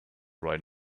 right